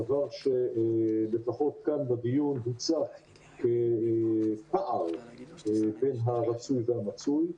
דבר שלפחות כאן בדיון הוצג בפער בין הרצוי והמצוי,